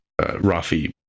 Rafi